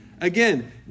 Again